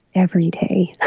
every day